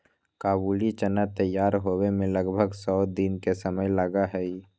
काबुली चना तैयार होवे में लगभग सौ दिन के समय लगा हई